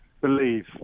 believe